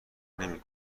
نمی